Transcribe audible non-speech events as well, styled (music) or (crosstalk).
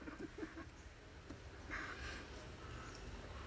(laughs)